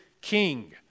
king